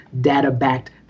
data-backed